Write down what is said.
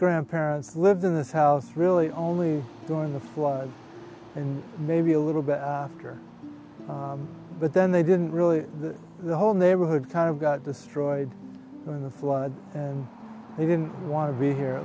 grandparents lived in this house really only during the flood and maybe a little bit after but then they didn't really the whole neighborhood kind of got destroyed in the flood and they didn't want to be here